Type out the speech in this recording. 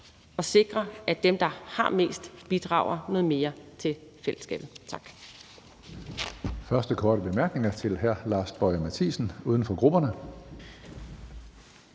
at sikre, at dem, der har mest, bidrager noget mere til fællesskabet. Tak.